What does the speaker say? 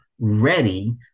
ready